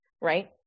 right